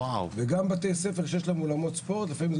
וגם בתי ספר שיש להם אולמות ספורט לפעמים זה